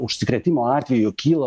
užsikrėtimo atvejų kyla